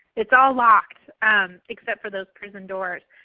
it's all locked except for those prison doors.